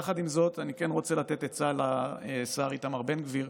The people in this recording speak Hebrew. עם זאת, אני כן רוצה לתת עצה לשר איתמר בן גביר,